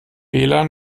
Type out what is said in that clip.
lan